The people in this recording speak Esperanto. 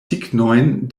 signojn